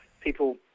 people